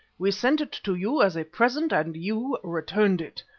we sent it to you as a present and you returned it.